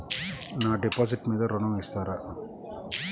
నా డిపాజిట్ మీద ఋణం ఇస్తారా?